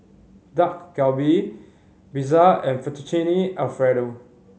Dak Galbi Pizza and Fettuccine Alfredo